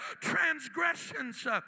transgressions